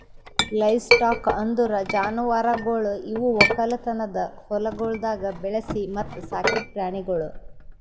livestock ಅಂದುರ್ ಜಾನುವಾರುಗೊಳ್ ಇವು ಒಕ್ಕಲತನದ ಹೊಲಗೊಳ್ದಾಗ್ ಬೆಳಿಸಿ ಮತ್ತ ಸಾಕಿದ್ ಪ್ರಾಣಿಗೊಳ್